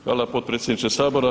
Hvala potpredsjedniče Sabora.